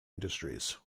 industries